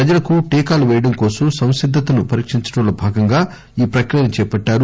ప్రజలకు టీకాలు పేయడం కోసం సంసిద్దతను పరీక్షించడంలో భాగంగా ఈ ప్రక్రియను చేపట్టారు